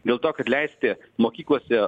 dėl to kad leisti mokyklose